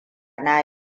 na